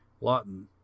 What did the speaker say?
Lawton